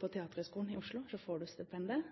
på Teaterhøgskolen i Oslo, får du